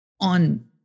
on